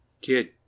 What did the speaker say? Kid